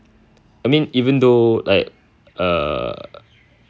I mean even though like uh